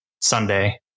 Sunday